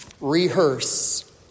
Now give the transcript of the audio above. rehearse